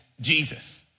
Jesus